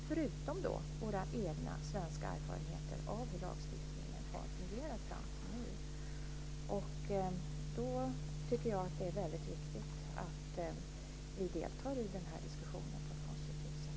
Dessutom har vi våra egna svenska erfarenheter av hur lagstiftningen har fungerat fram till nu. Jag tycker att det är väldigt viktigt att vi deltar i den här diskussionen på ett konstruktivt sätt.